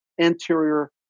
anterior